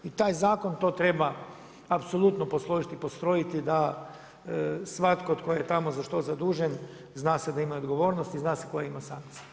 I taj zakon to treba apsolutno posložiti, postrojiti da svatko tko je tamo za što zadužen zna se da ima odgovornost i zna se koje ima sankcije.